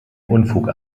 unfug